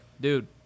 dude